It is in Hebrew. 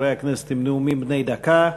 חברי הכנסת, את הנאומים בני דקה.